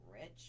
rich